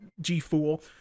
G-fool